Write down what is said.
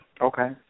Okay